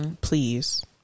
Please